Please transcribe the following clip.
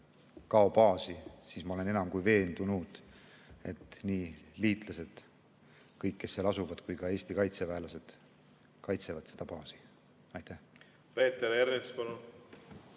Gao baasi, siis ma olen enam kui veendunud, et nii liitlased, kõik, kes seal asuvad, ka Eesti kaitseväelased, kaitsevad seda baasi. Peeter